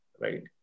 Right